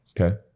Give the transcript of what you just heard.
Okay